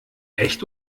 echt